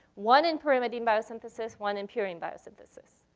one in pyrimidine biosynthesis, one in purine biosynthesis.